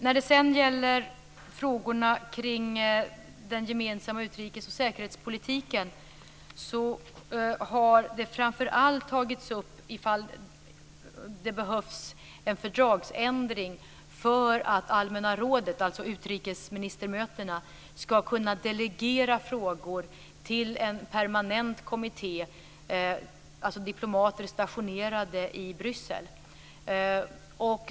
Jag övergår nu till frågorna kring den gemensamma utrikes och säkerhetspolitiken. Framför allt har man tagit upp huruvida det behövs en fördragsändring för att allmänna rådet, dvs. utrikesministermötena, ska kunna delegera frågor till en permanent kommitté. Det handlar då om diplomater som är stationerade i Bryssel.